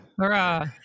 Hurrah